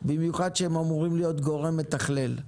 במיוחד שהם אמורים להיות גורם מתכלל.